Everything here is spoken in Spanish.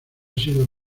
sido